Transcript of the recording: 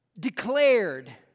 declared